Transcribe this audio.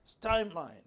timeline